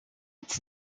its